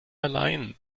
allein